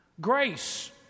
grace